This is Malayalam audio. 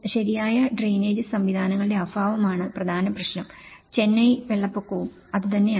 ശരിയായ ഡ്രെയിനേജ് സംവിധാനങ്ങളുടെ അഭാവമാണ് പ്രധാന പ്രശ്നം ചെന്നൈ വെള്ളപ്പൊക്കവും അതുതന്നെയാണ്